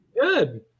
good